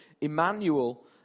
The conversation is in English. Emmanuel